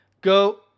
go